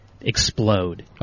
explode